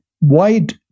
wide